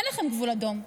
אין לכם גבול אדום.